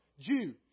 Jew